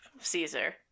Caesar